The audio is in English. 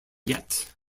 yet